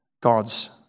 God's